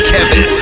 Kevin